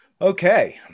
Okay